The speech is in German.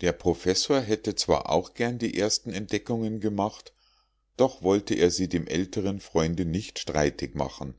der professor hätte zwar auch gern die ersten entdeckungen gemacht doch wollte er sie dem älteren freunde nicht streitig machen